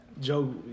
Joe